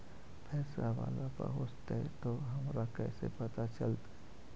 पैसा बाला पहूंचतै तौ हमरा कैसे पता चलतै?